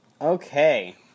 Okay